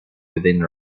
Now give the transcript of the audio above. within